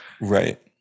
Right